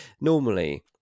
normally